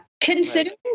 Considering